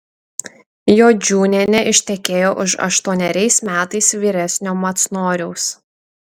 jodžiūnienė ištekėjo už aštuoneriais metais vyresnio macnoriaus